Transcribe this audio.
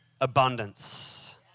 abundance